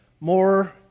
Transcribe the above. more